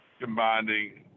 combining